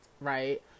Right